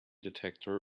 detector